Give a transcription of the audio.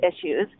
issues